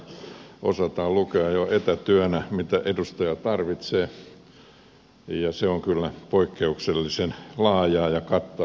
täällä osataan lukea jo etätyönä mitä edustaja tarvitsee ja tämä palvelu on kyllä poikkeuksellisen laajaa ja kattavaa